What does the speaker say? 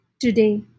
today